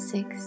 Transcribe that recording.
Six